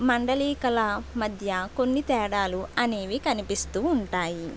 మండలికల మధ్య కొన్ని తేడాలు అనేవి కనిపిస్తూ ఉంటాయి